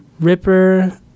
Ripper